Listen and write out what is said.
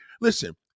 listen